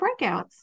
breakouts